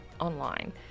online